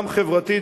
גם חברתית,